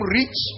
rich